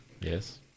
yes